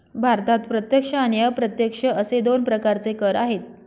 भारतात प्रत्यक्ष आणि अप्रत्यक्ष असे दोन प्रकारचे कर आहेत